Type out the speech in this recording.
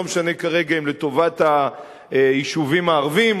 לא משנה כרגע אם לטובת היישובים הערביים,